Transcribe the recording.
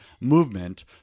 movement